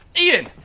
ian!